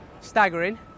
staggering